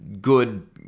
good